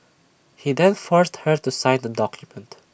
he then forced her to sign the document